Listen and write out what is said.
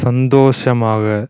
சந்தோஷமாக